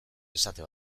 esate